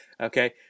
Okay